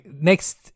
Next